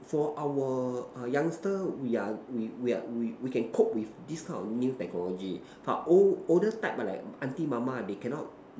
for our ah youngster we are we we are we we can cope with this kind of new technology but old older type ah like auntie mama they cannot